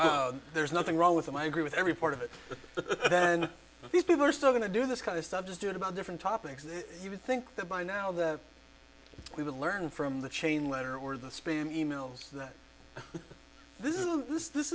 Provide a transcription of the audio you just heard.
there's nothing wrong with them i agree with every part of it but then these people are still going to do this kind of stuff just do it about different topics that you would think that by now that we would learn from the chain letter or the spam e mails that this is this